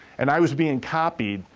and i was being copied,